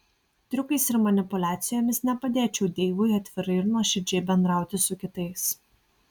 triukais ir manipuliacijomis nepadėčiau deivui atvirai ir nuoširdžiai bendrauti su kitais